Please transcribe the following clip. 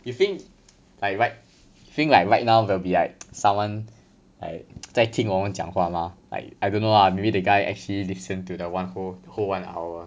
you think like right you think like right now there'll be like someone like 在听我们讲话 mah like I don't know lah maybe the guy actually listen to the one whole whole one hour